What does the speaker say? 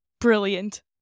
Brilliant